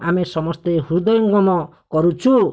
ଆମେ ସମସ୍ତେ ହୃଦୟଙ୍ଗମ କରୁଛୁ